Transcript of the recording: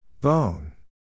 Bone